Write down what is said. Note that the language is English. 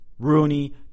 Rooney